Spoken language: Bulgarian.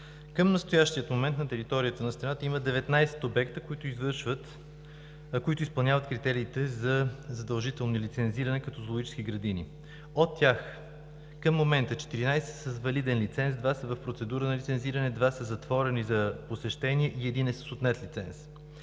към настоящия момент на територията на страната има 19 обекта, които изпълняват критериите за задължително лицензиране като зоологически градини. От тях към момента 14 са с валиден лиценз, два са в процедура на лицензиране, два са затворени за посещения и един е с отнет лиценз.